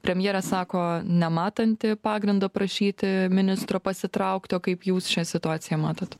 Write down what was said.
premjerė sako nematanti pagrindo prašyti ministro pasitraukti o kaip jūs šią situaciją matot